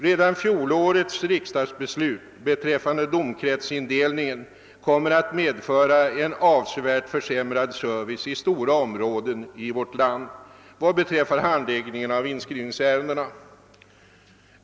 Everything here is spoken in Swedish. Redan fjolårets riksdagsbeslut beträffande domkretsindelningen kommer att medföra en avsevärt försämrad service i stora områden av vårt land vad gäller handläggningen av inskrivningsärendena.